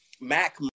Mac